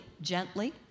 gently